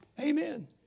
Amen